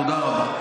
תודה רבה.